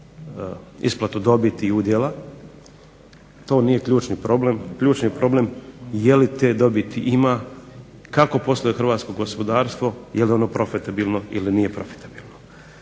isplatu dobiti i udjela, to nije ključni problem. Ključni problem je li te dobiti ima, kako posluje hrvatsko gospodarstvo, je li ono profitabilno ili nije profitabilno.